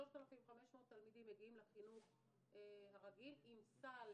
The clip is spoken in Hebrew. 3,500 תלמידים מגיעים לחינוך הרגיל עם סל